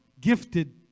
gifted